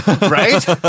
right